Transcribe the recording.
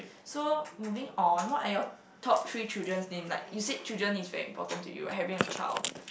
so moving on what are your top three children's name like you said children is very important to you having a child